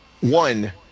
one